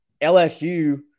LSU